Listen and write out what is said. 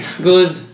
good